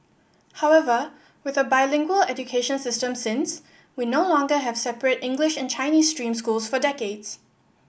however with a bilingual education system since we no longer have separate English and Chinese stream schools for decades